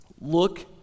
look